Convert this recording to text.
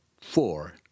Four